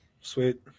Sweet